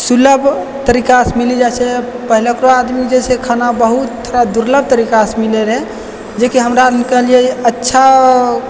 सुलभ तरीकासँ मिली जाइ छै पहिलको आदमी जे छै खाना बहुत दुर्लभ तरीकासँ मिलै रहै जेकि हमरा अनके अच्छा